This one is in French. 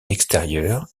extérieur